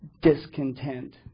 discontent